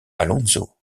alonso